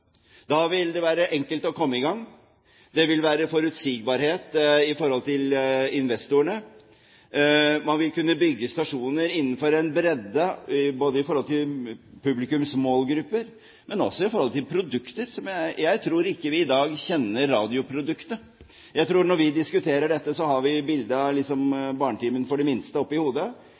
Da vil det være enkelt å komme i gang. Det vil være forutsigbarhet for investorene. Man vil kunne bygge stasjoner i en bredde både i forhold til publikum, målgrupper, og også i forhold til produkter. Jeg tror ikke vi i dag kjenner radioproduktet. Jeg tror at når vi diskuterer dette, har vi et bilde av Barnetimen for de minste i hodet.